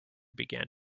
began